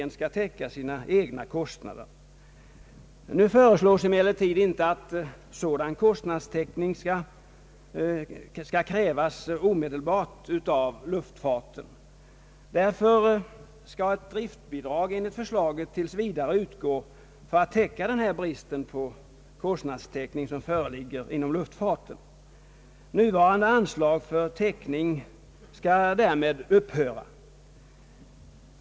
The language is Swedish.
Nu föreslås dock att sådan kostnadstäckning inte skall krävas omedelbart av luftfartsverket. Därför skall enligt förslaget ett driftsbidrag tills vidare utgå för att täcka den brist på kostnadstäckning, som föreligger i fråga om luftfarten. Nuvarande anslag för detta ändamål skall därmed upphöra.